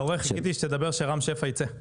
אתה רואה חיכיתי שתדבר שרם שפע יצא.